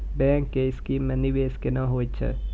Bank के scheme मे निवेश केना होय छै?